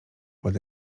pod